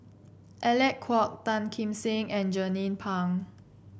Alec Kuok Tan Kim Seng and Jernnine Pang